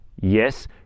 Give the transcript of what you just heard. Yes